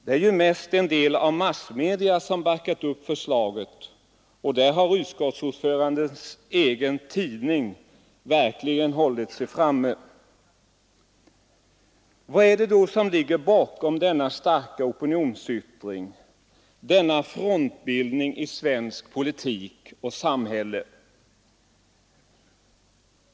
Det är ju mest en del av massmedia som backat upp förslaget, och där har utskottsordförandens egen tidning verkligen hållit sig framme. Vad är det då som ligger bakom denna starka opinionsyttring, denna frontbildning i svensk politik och svenskt samhälle?